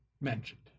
mentioned